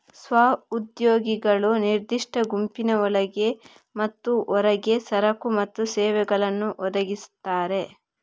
ಸ್ವ ಉದ್ಯೋಗಿಗಳು ನಿರ್ದಿಷ್ಟ ಗುಂಪಿನ ಒಳಗೆ ಮತ್ತು ಹೊರಗೆ ಸರಕು ಮತ್ತು ಸೇವೆಗಳನ್ನು ಒದಗಿಸ್ತಾರೆ